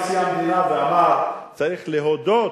ולשמחתי קם נשיא המדינה ואמר: צריך להודות